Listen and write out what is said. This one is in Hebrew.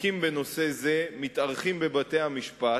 התיקים בנושא זה מתארכים בבתי-המשפט,